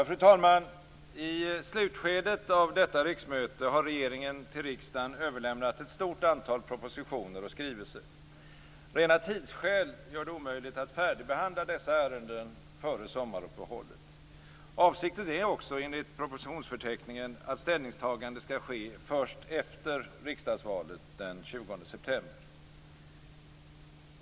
Fru talman! I slutskedet av detta riksmöte har regeringen till riksdagen överlämnat ett stort antal propositioner och skrivelser. Rena tidsskäl gör det omöjligt att färdigbehandla dessa ärenden före sommaruppehållet. Avsikten är också enligt propositionsförteckningen att ställningstagande skall ske först efter riksdagsvalet den 20 september.